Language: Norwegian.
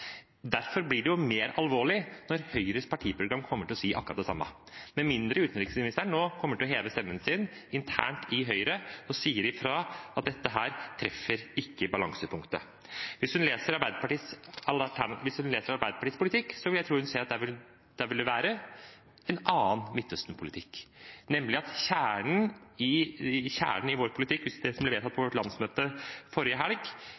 Derfor blir det mer alvorlig når Høyres partiprogram kommer til å si akkurat det samme, med mindre utenriksministeren nå kommer til å heve stemmen sin internt i Høyre og sier fra om at dette treffer ikke balansepunktet. Hvis hun leser Arbeiderpartiets politikk, vil jeg tro hun vil se at det vil være en annen Midtøsten-politikk, for kjernen i vår politikk, som ble vedtatt på vårt landsmøte forrige helg,